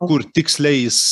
kur tiksliai jis